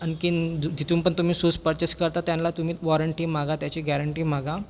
आणखी जु जिथून पण तुम्ही सूस पर्चेस करता त्यांना तुम्ही वॉरंटी मागा त्याची गॅरंटी मागा